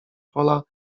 pola